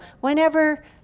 whenever